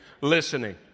listening